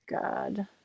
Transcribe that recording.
God